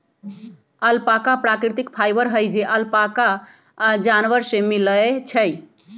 alpaca प्राकृतिक fibre हई जे अल्पाका जानवर से मिलय छइ